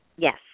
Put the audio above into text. Yes